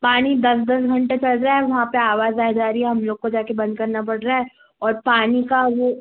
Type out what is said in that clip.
पानी दस दस घंटे चल रहा है वहाँ पर आवाज़ आए जा रही है हम लोग को जा कर बंद करना पड़ रहा है और पानी का वो